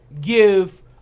give